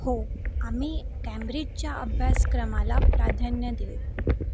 हो आम्ही कॅम्ब्रीजच्या अभ्यासक्रमाला प्राधान्य देऊ